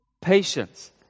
patience